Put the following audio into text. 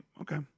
Okay